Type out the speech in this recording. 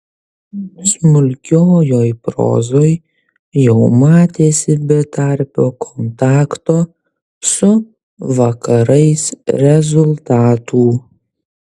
smulkiojoj prozoj jau matėsi betarpio kontakto su vakarais rezultatų